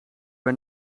bij